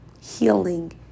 healing